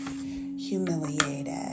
humiliated